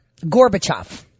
Gorbachev